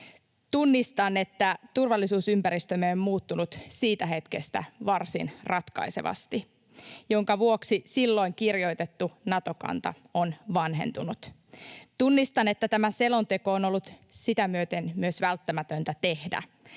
Tunnistan, että turvallisuusympäristömme on muuttunut siitä hetkestä varsin ratkaisevasti, minkä vuoksi silloin kirjoitettu Nato-kanta on vanhentunut. Tunnistan, että tämä selonteko on ollut sitä myöten myös välttämätöntä tehdä.